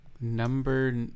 Number